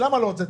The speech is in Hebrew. למה לא הוצאתם,